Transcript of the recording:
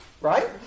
right